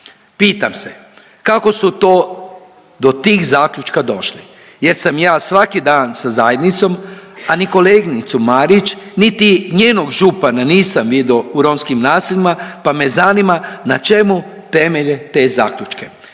Pitam se, kako su to do tih zaključka došli jer sam ja svaki dan sa zajednicom, a ni koleginicu Marić niti njenog župana nisam video u romskim naseljima, pa me zanima na čemu temelje te zaključke.